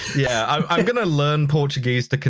yeah, i'm gonna learn portuguese to.